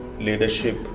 leadership